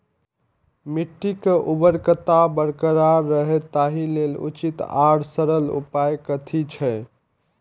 मिट्टी के उर्वरकता बरकरार रहे ताहि लेल उचित आर सरल उपाय कथी छे?